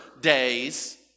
days